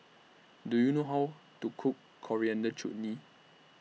Do YOU know How to Cook Coriander Chutney